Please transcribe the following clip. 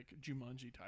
Jumanji-type